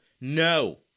no